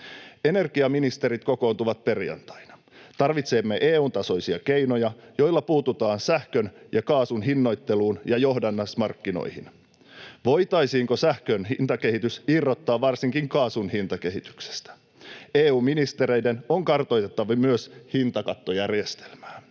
Energiaministerit kokoontuvat perjantaina. Tarvitsemme EU:n tasoisia keinoja, joilla puututaan sähkön ja kaasun hinnoitteluun ja johdannaismarkkinoihin. Voitaisiinko sähkön hintakehitys irrottaa varsinkin kaasun hintakehityksestä? EU:n ministereiden on kartoitettava myös hintakattojärjestelmää.